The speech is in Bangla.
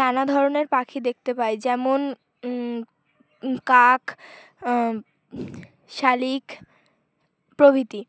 নানা ধরনের পাখি দেখতে পাই যেমন কাক শালিক প্রভৃতি